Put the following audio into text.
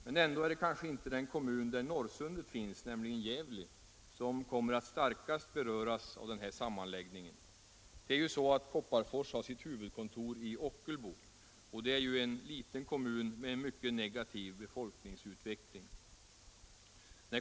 Men ändå är det kanske inte den kommun där Norrsundet ligger, nämligen Gävle, som kommer att starkast beröras av den här sammanslagningen. Kopparfors har sitt huvudkontor i Ockelbo, och det är ju en liten kommun med en mycket negativ befolkningsutveckling.